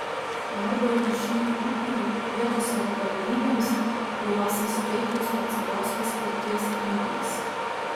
perduoti šį ūkį vietos savivaldybėms kurios įsteigtų specialios paskirties įmones